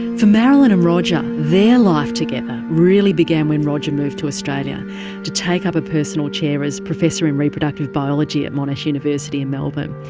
for marilyn and roger, their life together really began when roger moved to australia to take up a personal chair as professor in reproductive biology at monash university in melbourne.